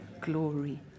glory